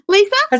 Lisa